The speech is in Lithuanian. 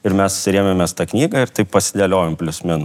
ir mes rėmėmės ta knyga ir taip pasidėliojom plius minus